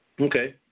Okay